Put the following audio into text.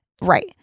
Right